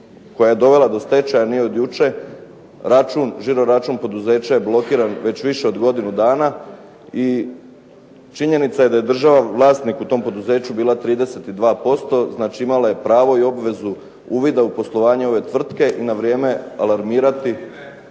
koja je dovela do stečaja nije od jučer. Žiro račun poduzeća je blokiran već više od godinu dana. I činjenica je da je država vlasnik u tom poduzeću bila 32%, znači imala je pravo i obvezu uvida u poslovanje ove tvrtke na vrijeme alarmirati